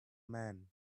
men